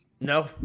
No